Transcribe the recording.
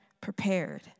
prepared